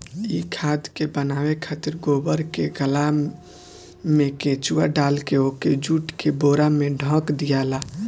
इ खाद के बनावे खातिर गोबर के गल्ला में केचुआ डालके ओके जुट के बोरा से ढक दियाला